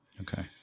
Okay